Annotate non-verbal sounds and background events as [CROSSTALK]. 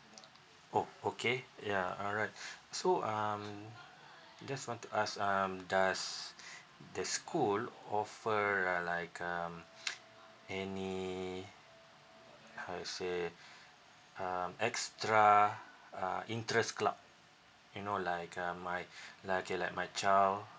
oh okay ya alright [BREATH] so um just want to ask um does the school offer uh like um [NOISE] how to say um extra uh interest club you know like um my like if like my child